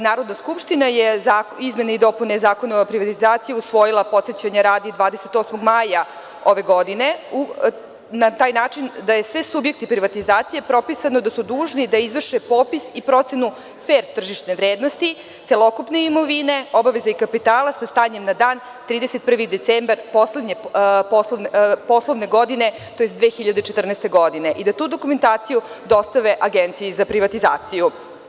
Narodna skupština je izmene i dopune Zakona o privatizaciji usvojila, podsećanja radi, 28. maja ove godine, na taj način da je za sve subjekte privatizacije propisano da su dužni da izvrše popis i procenu fer tržišne vrednosti celokupne imovine, obaveza i kapitala sa stanjem na dan 31. decembar poslovne godine, tj. 2014. godine, i da tu dokumentaciju dostave Agenciji za privatizaciju.